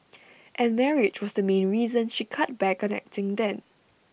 and marriage was the main reason she cut back on acting then